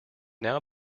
now